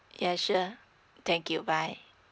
yeah sure thank you bye